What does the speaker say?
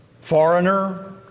foreigner